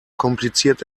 kompliziert